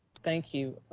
thank you,